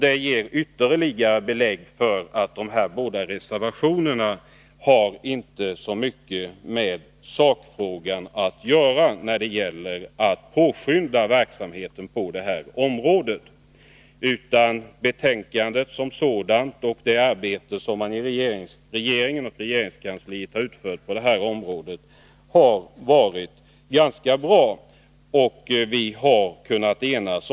Detta ger ytterligare belägg för att dessa båda reservationer inte har så mycket med sakfrågan att göra när det gäller att påskynda verksamheten på detta område. Betänkandet är alltså ganska bra. Detsamma kan sägas om det arbete som på detta område har utförts i regeringen och regeringskansliet.